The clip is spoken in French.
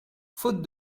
faute